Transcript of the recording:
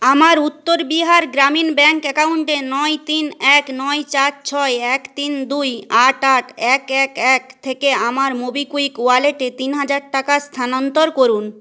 আমার উত্তর বিহার গ্রামীণ ব্যাঙ্ক অ্যাকাউন্টে নয় তিন এক নয় চার ছয় এক তিন দুই আট আট এক এক এক থেকে আমার মোবিকুইক ওয়ালেটে তিন হাজার টাকা স্থানান্তর করুন